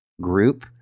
group